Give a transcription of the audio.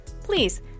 Please